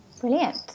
Brilliant